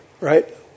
Right